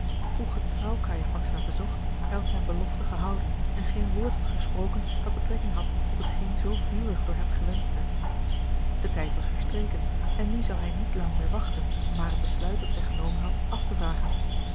hoe getrouw cajefax haar bezocht hij had zijne belofte gehouden en geen woord was gesproken dat betrekking had op hetgeen zoo vurig door hem gewenscht werd de tijd was verstreken en nu zou hij niet lang meer wachten om haar het besluit dat zij genomen had af te vragen